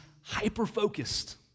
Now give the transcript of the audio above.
hyper-focused